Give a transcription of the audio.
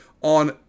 on